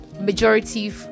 majority